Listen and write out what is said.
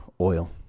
oil